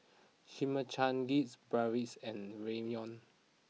Chimichangas Bratwurst and Ramyeon